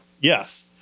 Yes